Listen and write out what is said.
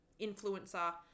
influencer